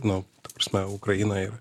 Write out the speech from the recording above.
nu ta prasme ukrainoj